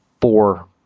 Four